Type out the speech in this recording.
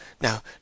Now